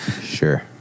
Sure